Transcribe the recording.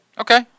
Okay